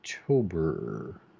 October